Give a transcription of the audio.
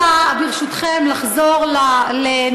אני רוצה, ברשותכם, לחזור לנושא,